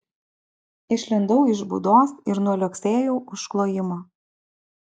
išlindau iš būdos ir nuliuoksėjau už klojimo